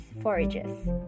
forages